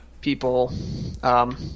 people –